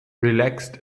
relaxt